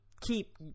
keep